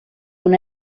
una